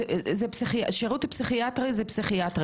פסיכיאטרי.